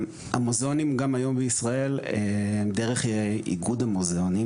המוזיאונים גם היום בישראל הם דרך איגוד המוזיאונים